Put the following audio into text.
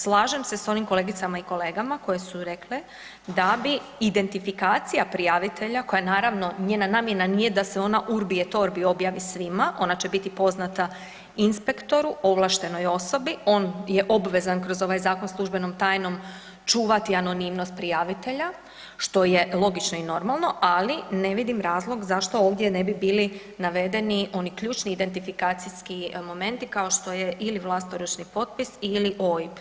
Slažem se onim kolegicama i kolegama koje su rekle da bi identifikacija prijavitelja koja naravno njena namjena nije da se urbi et orbi objavi svima, ona će biti poznata inspektoru, ovlaštenoj osobi, on je obvezan kroz ovaj zakon službenom tajnom čuvati anonimnost prijavitelja što je logično i normalno, ali ne vidim razlog zašto ovdje ne bi bili navedeni oni ključni identifikacijski momenti kao što je ili vlastoručni potpis ili OIB.